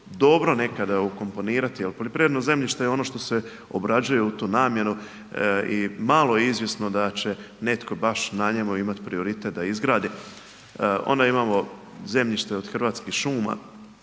dobro nekada ukomponirati jer poljoprivredno zemljište je ono što se obrađuje u tu namjenu i malo je izvjesno da će netko baš na njemu imati prioritet da izgradi. Ona imamo zemljište od Hrvatskih šuma